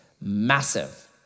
massive